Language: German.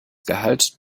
gehalt